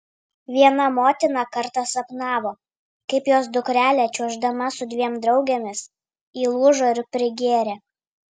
viena motina kartą sapnavo kaip jos dukrelė čiuoždama su dviem draugėmis įlūžo ir prigėrė